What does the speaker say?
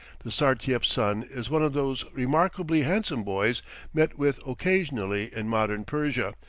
the sartiep's son is one of those remarkably handsome boys met with occasionally in modern persia,